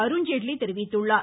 அருண்ஜேட்லி தெரிவித்துள்ளார்